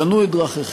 שנו את דרכיכם.